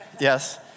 Yes